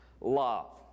love